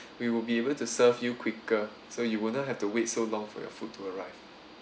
we will be able to serve you quicker so you wouldn't have to wait so long for your food to arrive